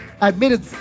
admitted